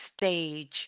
stage